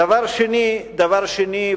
דבר שני,